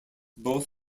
both